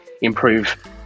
improve